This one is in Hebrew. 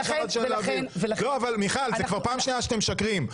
זו כבר פעם שניה שאתם משקרים.